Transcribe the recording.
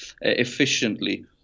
efficiently